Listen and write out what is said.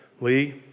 Lee